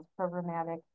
programmatic